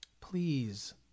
Please